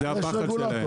זה הפחד שלהם.